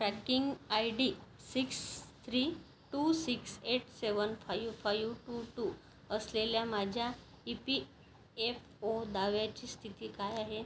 tracking I D six three two six eight seven five five two two असलेल्या माझ्या E P F O दाव्याची स्थिती काय आहे